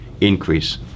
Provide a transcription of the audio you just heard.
increase